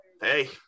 Hey